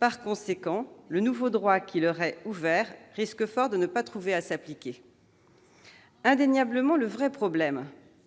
En conséquence, le nouveau droit ouvert risque fort de ne pas trouver à s'appliquer. Indubitablement, le vrai problème,